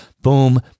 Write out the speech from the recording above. boom